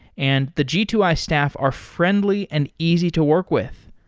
and the g two i staff are friendly and easy to work with.